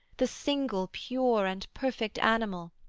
the single pure and perfect animal,